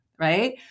right